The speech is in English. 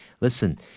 Listen